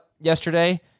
yesterday